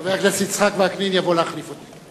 חבר הכנסת יצחק וקנין יבוא להחליף אותי.